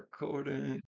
recording